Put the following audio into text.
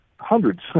hundreds